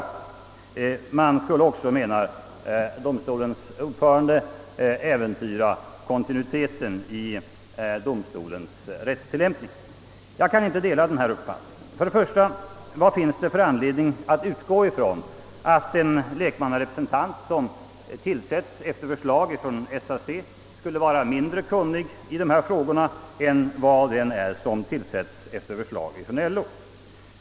Man skulle då också, menade domstolens ordförande, äventyra kontinuiteten i domstolens rättstillämpning. Jag kan inte dela den uppfattningen. Vad finns det för anledning att utgå från att en lekmannarepresentant som tillsatts på förslag av SAC skulle vara mindre kunnig i dessa frågor än den som tillsätts på förslag av LO?